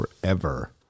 forever